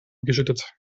geschüttet